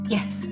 Yes